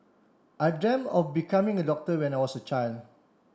I of becoming a doctor when I was a child